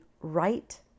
right